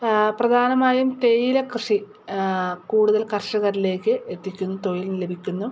പ്രധാനമായും തേയിലക്കൃഷി കൂടുതൽ കർഷകരിലേക്ക് എത്തിക്കുന്നു തൊഴിൽ ലഭിക്കുന്നു